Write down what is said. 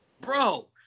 Bro